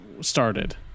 started